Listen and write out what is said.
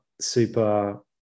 super